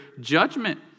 judgment